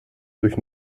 durch